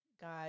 God